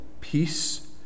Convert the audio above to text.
peace